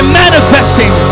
manifesting